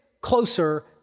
closer